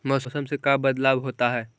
मौसम से का बदलाव होता है?